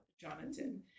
Jonathan